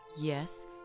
yes